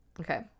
Okay